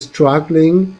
struggling